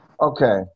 Okay